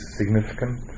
significant